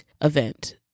event